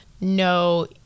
no